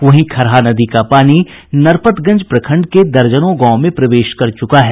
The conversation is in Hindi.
वहीं खरहा नदी का पानी नरपतगंज प्रखंड के दर्जनों गांव में प्रवेश कर चुका है